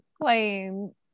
playing